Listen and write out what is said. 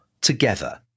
together